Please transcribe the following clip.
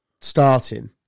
starting